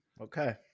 Okay